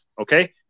Okay